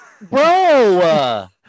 Bro